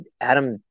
Adam